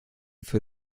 für